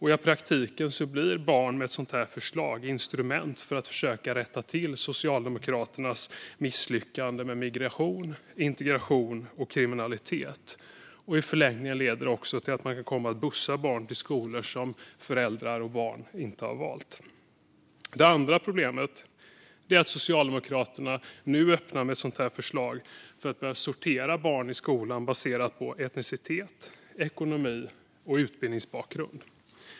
I praktiken blir barn genom ett sådant här förslag ett instrument för att försöka rätta till Socialdemokraternas misslyckande när det gäller migration, integration och kriminalitet. Och i förlängningen leder det också till att man kan komma att bussa barn till skolor som föräldrar och barn inte har valt. Det andra problemet är att Socialdemokraterna nu med ett sådant här förslag öppnar för att börja sortera barn i skolan baserat på etnicitet, ekonomi och föräldrarnas utbildningsbakgrund.